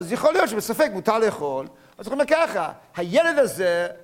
אז יכול להיות שבספק מותר לאכול אבל זאת אומרת ככה הילד הזה